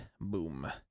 boom